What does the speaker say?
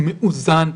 מאוזן,